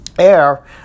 air